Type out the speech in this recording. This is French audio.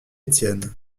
étienne